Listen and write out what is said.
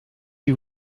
you